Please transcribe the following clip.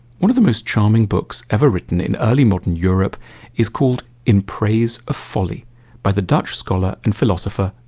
one of the most charming books ever written in early modern europe is called in praise of folly by the dutch scholar and philosopher,